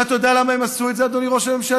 ואתה יודע למה הן עשו את זה, אדוני ראש הממשלה?